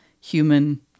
human